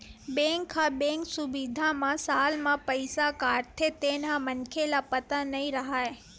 bank ह bank सुबिधा म साल म पईसा काटथे तेन ह मनखे ल पता नई रहय